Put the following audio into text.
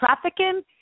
trafficking